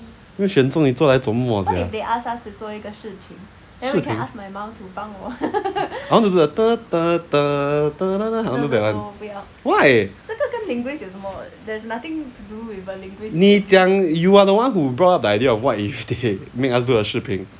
没选中你做来做么 sia 视频 I want to do the I want to do that [one] why 你讲 you are the one who brought up the idea of what if they make us do a 视频